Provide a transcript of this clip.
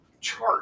chart